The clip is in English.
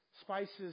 spices